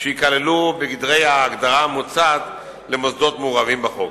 שייכללו בגדרי ההגדרה המוצעת למוסדות מעורבים בחוק.